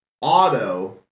auto